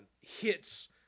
hits